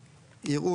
יראו,